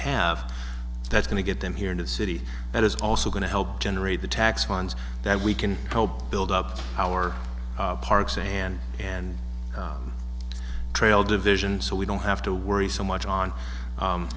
have that's going to get them here into the city that is also going to help generate the tax funds that we can help build up our parks and and trail division so we don't have to worry so much on